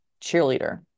cheerleader